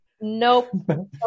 Nope